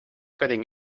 getting